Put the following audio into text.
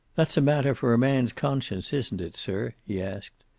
that's a matter for a man's conscience, isn't it, sir? he asked.